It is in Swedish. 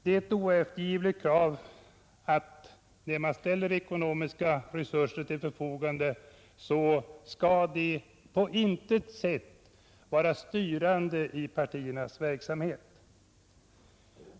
Det är ett oeftergivligt krav att när ekonomiska resurser ställs till förfogande skall de på intet sätt vara styrande i partiernas verksamhet.